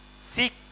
seek